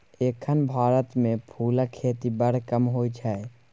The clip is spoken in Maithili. एखन भारत मे फुलक खेती बड़ कम होइ छै